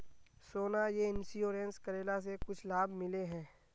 सोना यह इंश्योरेंस करेला से कुछ लाभ मिले है?